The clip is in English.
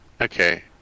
Okay